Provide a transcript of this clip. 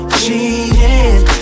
cheating